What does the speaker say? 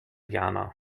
jana